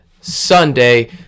Sunday